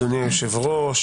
אדוני היושב-ראש,